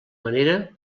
manera